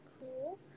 cool